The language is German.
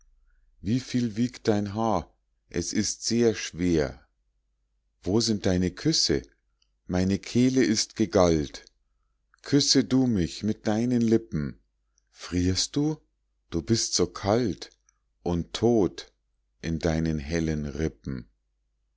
wieviel wiegt dein haar es ist sehr schwer wo sind deine küsse meine kehle ist gegallt küsse du mich mit deinen lippen frierst du du bist so kalt und tot in deinen hellen rippen